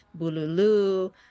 Bululu